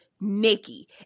Nikki